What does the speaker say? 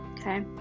Okay